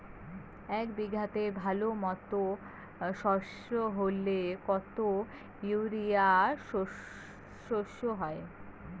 এক বিঘাতে ভালো মতো সর্ষে হলে কত ইউরিয়া সর্ষে হয়?